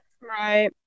Right